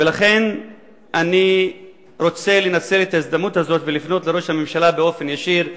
ולכן אני רוצה לנצל את ההזדמנות הזאת ולפנות לראש הממשלה באופן ישיר,